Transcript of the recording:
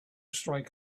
strike